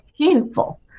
painful